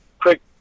quick